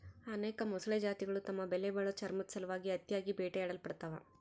ಅನೇಕ ಮೊಸಳೆ ಜಾತಿಗುಳು ತಮ್ಮ ಬೆಲೆಬಾಳೋ ಚರ್ಮುದ್ ಸಲುವಾಗಿ ಅತಿಯಾಗಿ ಬೇಟೆಯಾಡಲ್ಪಡ್ತವ